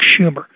Schumer